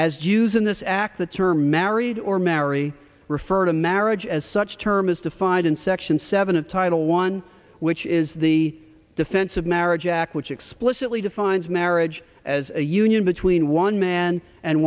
as use in this act the term married or marry refer to marriage as such term is defined in section seven of title one which is the defense of marriage act which explicitly defines marriage as a union between one man and